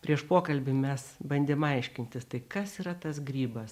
prieš pokalbį mes bandėm aiškintis tai kas yra tas grybas